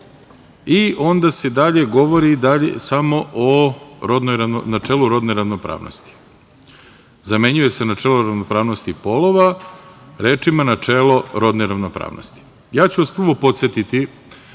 i onda se dalje govori dalje samo o načelu rodne ravnopravnosti. Zamenjuje se – načelo rodne ravnopravnosti polova rečima – načelo rodne ravnopravnosti. Ja ću vas podsetiti